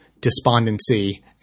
despondency